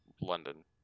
London